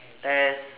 test